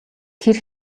тэр